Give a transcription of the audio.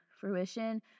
fruition